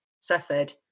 suffered